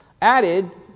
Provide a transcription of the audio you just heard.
Added